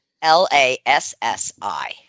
L-A-S-S-I